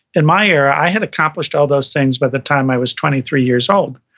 in my era, i had accomplished all those things by the time i was twenty three years old,